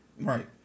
Right